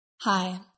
Hi